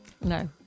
No